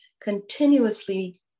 continuously